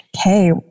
Okay